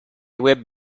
web